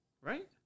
Right